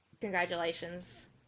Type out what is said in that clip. Congratulations